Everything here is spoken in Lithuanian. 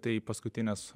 tai paskutines